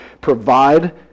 provide